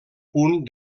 punt